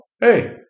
hey